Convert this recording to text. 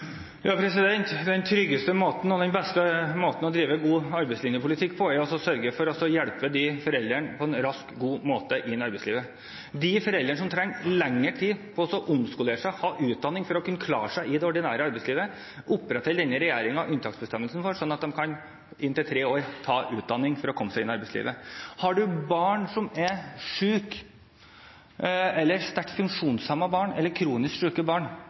Den tryggeste og beste måten å drive god arbeidslinjepolitikk på, er å hjelpe disse foreldrene inn i arbeidslivet på en rask og god måte. De foreldrene som trenger lengre tid på å omskolere seg, ta utdanning for å kunne klare seg i det ordinære arbeidslivet, opprettholder denne regjeringen unntaksbestemmelser for. De kan i inntil tre år ta utdanning for å komme seg inn i arbeidslivet. For dem som har et barn som er sykt – sterkt funksjonshemmet eller kronisk